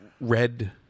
red